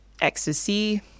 ecstasy